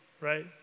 right